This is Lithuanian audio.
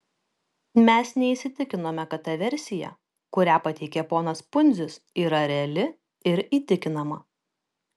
mes neįsitikinome kad ta versija kurią pateikė ponas pundzius yra reali ir įtikinama